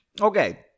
Okay